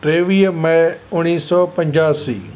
टेवीह मेय उणिवीह सौ पंजासी